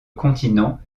continents